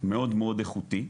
מאוד מאוד איכותי.